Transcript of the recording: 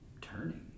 turning